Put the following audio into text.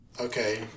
okay